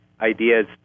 ideas